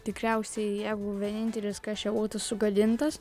tikriausiai jeigu vienintelis kas čia būtų sugadintas